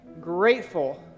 grateful